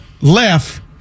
left